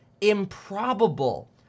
improbable